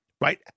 right